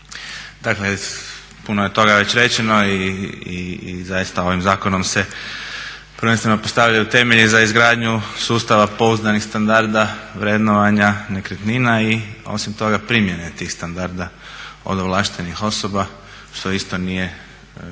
Dakle puno je toga već rečeno i zaista ovim zakonom se prvenstveno postavljaju temelji za izgradnju sustava pouzdanih standarda vrednovanja nekretnina i osim toga primjene tih standarda od ovlaštenih osoba, što isto nije najmanji